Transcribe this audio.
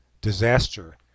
disaster